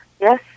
Yes